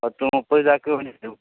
പത്ത് മുപ്പത് ചാക്ക് വേണ്ടിവരും